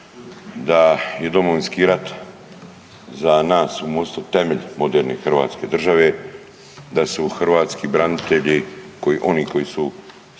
da je Domovinski rat za nas u MOST-u temelj moderne hrvatske države, da su hrvatski branitelji, oni koji su